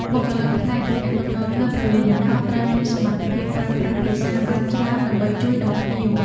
បុគ្គលិកផ្នែកទំនាក់ទំនងនៅព្រលានយន្តហោះត្រូវមានសមត្ថភាពប្រើប្រាស់ភាសាបានច្រើនដើម្បីជួយដល់ភ្ញៀវ។